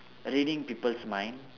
reading people's mind